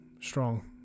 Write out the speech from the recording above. strong